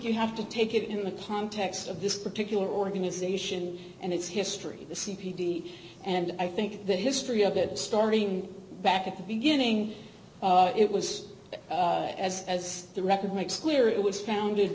you have to take it in the context of this particular organization and its history the c p p and i think the history of it starting back at the beginning it was as as the record makes clear it was founded